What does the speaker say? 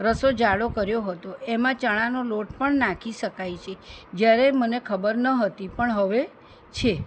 રસો જાડો કર્યો હતો એમાં ચણાનો લોટ પણ નાંખી શકાય છે જ્યારે મને ખબર ન હતી પણ હવે છે